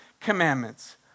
commandments